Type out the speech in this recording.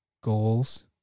goals